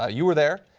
ah you were there,